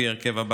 בהרכב הבא: